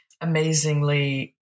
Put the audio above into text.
amazingly